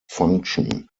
function